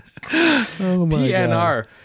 PNR